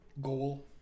Goal